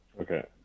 okay